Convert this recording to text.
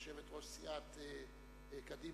יושבת-ראש סיעת קדימה,